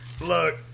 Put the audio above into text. Look